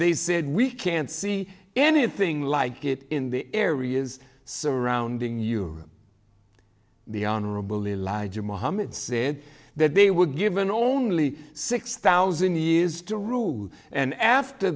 they said we can't see anything like it in the areas surrounding you the honorable elijah mohammed said that they were given only six thousand years to rule and after